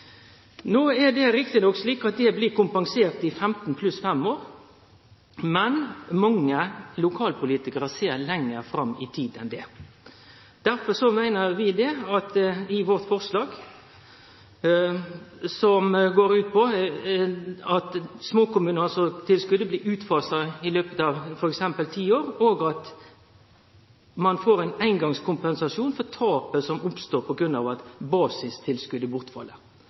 No blir det riktignok kompensert i 15 pluss 5 år, men mange lokalpolitikarar ser lenger fram i tid enn det. Derfor meiner vi i vårt forslag at småkommunetilskotet blir utfasa i løpet av f.eks. ti år, og at ein får ein eingongskompensasjon for tapet som oppstår på grunn av at